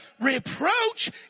Reproach